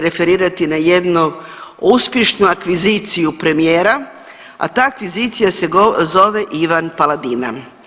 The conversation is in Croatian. referirati na jednu uspješnu akviziciju premijera, a ta akvizicija se zove Ivan Paladina.